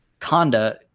conda